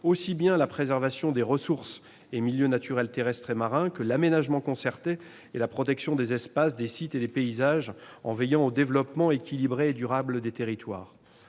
s'agisse de la préservation des ressources et des milieux naturels terrestres et marins ou de l'aménagement concerté et de la protection des espaces, des sites et des paysages, en veillant au développement équilibré et durable des territoires.